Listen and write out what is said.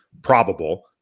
Probable